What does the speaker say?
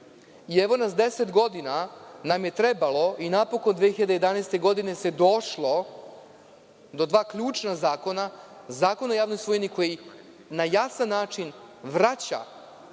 Evo nas, deset godina nam je trebalo, i evo 2011. godine se došlo do dva ključna zakona – Zakona o javnoj svojini koji na jasan način vraća